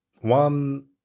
One